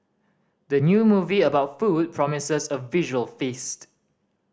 the new movie about food promises a visual feast